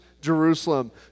Jerusalem